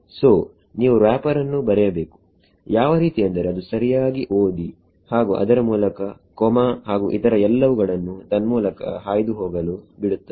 ಸೋನೀವು wrapper ಅನ್ನು ಬರೆಯಬೇಕು ಯಾವ ರೀತಿ ಎಂದರೆ ಅದು ಸರಿಯಾಗಿ ಓದಿ ಹಾಗು ಅದರ ಮೂಲಕ ಕೊಮ ಹಾಗು ಇತರ ಎಲ್ಲವುಗಳನ್ನು ತನ್ಮೂಲಕ ಹಾಯ್ದು ಹೋಗಲು ಬಿಡುತ್ತದೆ